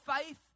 faith